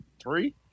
Three